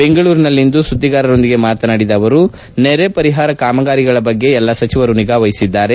ಬೆಂಗಳೂರಿನಲ್ಲಿಂದು ಸುದ್ದಿಗಾರರೊಂದಿಗೆ ಮಾತನಾಡಿದ ಅವರು ನೆರೆ ಪರಿಹಾರ ಕಾಮಗಾರಿಗಳ ಬಗ್ಗೆ ಎಲ್ಲ ಸಚಿವರು ನಿಗಾವಹಿಸಿದ್ದಾರೆ